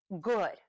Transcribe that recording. good